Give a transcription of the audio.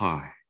High